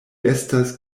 estas